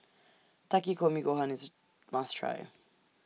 Takikomi Gohan IS A must Try